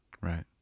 Right